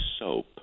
soap